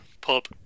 Pub